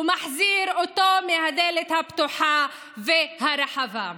הוא מחזיר אותו מהדלת הפתוחה והרחבה.